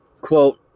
Quote